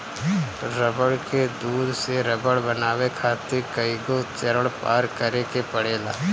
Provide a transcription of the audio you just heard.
रबड़ के दूध से रबड़ बनावे खातिर कईगो चरण पार करे के पड़ेला